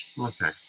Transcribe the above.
Okay